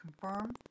confirm